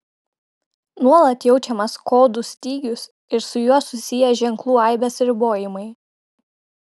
nuolat jaučiamas kodų stygius ir su juo susiję ženklų aibės ribojimai